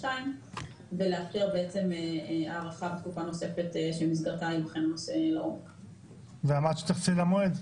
ולאשר הארכה נוספת שבמסגרתה --- אמרת שתתייחסי למועד,